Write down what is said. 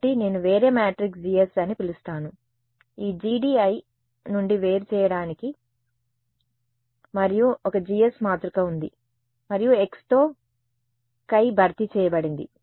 కాబట్టి నేను వేరే మ్యాట్రిక్స్ GS అని పిలుస్తాను ఈ GDI నుండి వేరు చేయడానికి మరియు ఒక GS మాతృక ఉంది మరియు xతో χ భర్తీ చేయబడింది